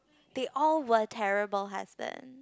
they all were terrible husband